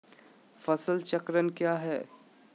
फसल चक्रण क्या है?